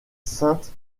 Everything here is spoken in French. sainte